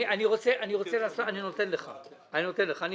רבותיי אני רוצה לעשות סדר בעניין.